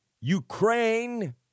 Ukraine